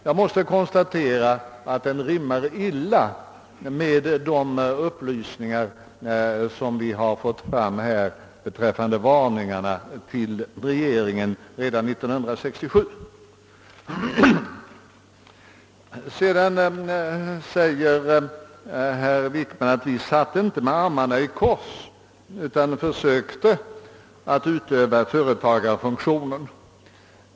Jag måste konstatera att den stämmer illa med de upplysningar som vi nu har fått beträffande varningarna till regeringen redan 1967. Sedan säger herr Wickman, att man satt inte med armarna i kors utan försökte utöva företagarfunktionen.